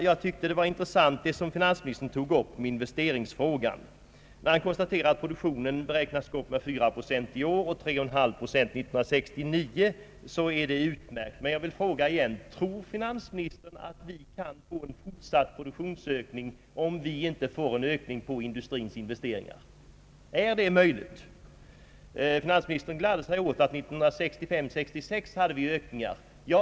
Jag tycker det var intressant vad finansministern tog upp i investeringsfrågan, när han konstaterade att produktionen beräknas gå upp med 4 procent i år och 3,5 procent år 1969, vilket ju är utmärkt. Men jag vill återigen fråga om finansministern tror att vi kan få en fortsatt produktionsökning om det inte blir en ökning av industrins investeringar. Är det möjligt? Herr finansministern gladde sig åt att vi hade ökningar åren 1965 och 1966.